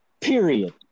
period